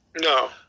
No